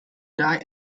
die